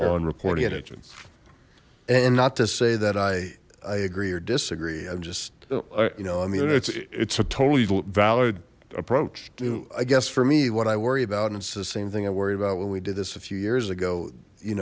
on reporting images and not to say that i i agree or disagree i'm just all right you know i mean it's it's a totally valid approach do i guess for me what i worry about and it's the same thing i'm worried about when we did this a few years ago you